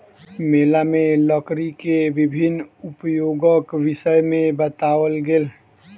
मेला में लकड़ी के विभिन्न उपयोगक विषय में बताओल गेल